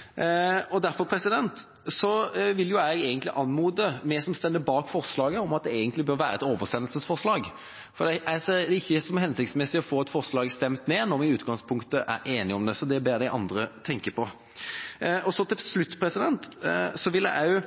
statsbudsjettet. Derfor vil jeg anmode de andre som står bak forslaget, om at det egentlig bør gjøres om til et oversendelsesforslag. Jeg ser det ikke som hensiktsmessig å få et forslag stemt ned når vi i utgangspunktet er enige om det. Dette ber jeg de andre om å tenke på. Til slutt vil jeg også